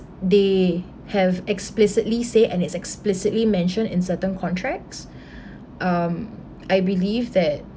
they have explicitly say and is explicitly mentioned in certain contracts um I believe that